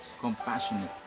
compassionate